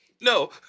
No